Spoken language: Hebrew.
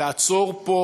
לעצור פה,